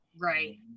Right